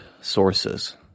sources